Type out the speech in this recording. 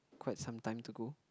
quite some time to go